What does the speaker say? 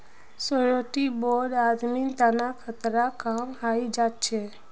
surety bond आदमीर तना खतरा कम हई जा छेक